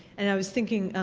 and i was thinking,